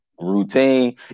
routine